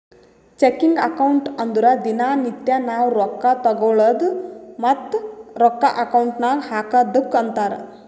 checking account ಅಂದುರ್ ದಿನಾ ನಿತ್ಯಾ ನಾವ್ ರೊಕ್ಕಾ ತಗೊಳದು ಮತ್ತ ರೊಕ್ಕಾ ಅಕೌಂಟ್ ನಾಗ್ ಹಾಕದುಕ್ಕ ಅಂತಾರ್